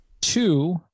two